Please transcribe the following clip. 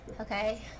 Okay